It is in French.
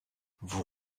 vous